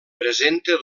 presenta